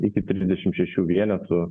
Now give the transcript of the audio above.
iki trisdešim šešių vienetų